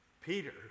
Peter